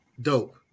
Dope